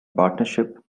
partnership